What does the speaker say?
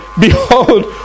behold